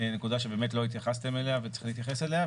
נקודה שלא התייחסתם אליה וצריך להתייחס אליה,